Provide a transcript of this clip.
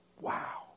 Wow